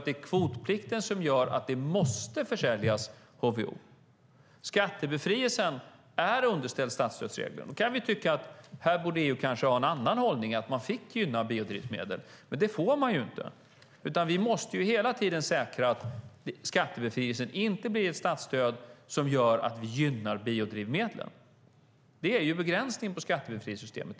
Det är kvotplikten som gör att det måste säljas HVO. Skattebefrielsen är underställd statsstödsregler. Vi kan tycka att EU kanske borde ha en annan hållning, så att man fick gynna biodrivmedel, men det får man ju inte. Vi måste hela tiden säkra att skattebefrielsen inte blir ett statsstöd som gör att vi gynnar biodrivmedlen. Det är begränsningen i skattebefrielsesystemet.